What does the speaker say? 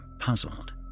puzzled